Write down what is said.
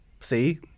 See